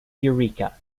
eureka